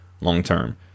long-term